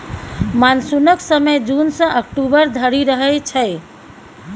मानसुनक समय जुन सँ अक्टूबर धरि रहय छै